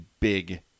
big